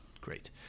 great